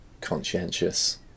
conscientious